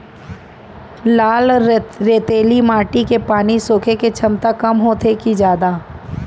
लाल रेतीली माटी के पानी सोखे के क्षमता कम होथे की जादा?